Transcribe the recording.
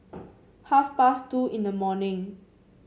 half past two in the morning